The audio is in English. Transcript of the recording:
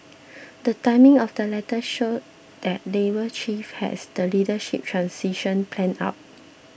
the timing of the letters showed that Labour Chief has the leadership transition planned out